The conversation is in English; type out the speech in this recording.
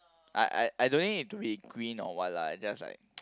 I I I don't need it to be green or what lah I just like